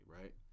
right